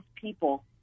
people